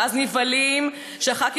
ואז נבהלים שחברי